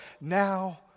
now